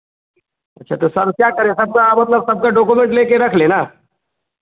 अच्छा तो सर क्या करें सबका आप मतलब सबका डॉकोमेंट लेकर रख लें ना